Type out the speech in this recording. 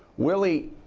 willie,